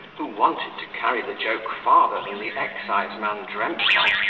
who wanted to carry the joke farther than the exciseman dreamt of,